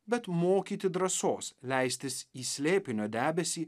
bet mokyti drąsos leistis į slėpinio debesį